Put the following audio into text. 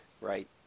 right